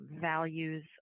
values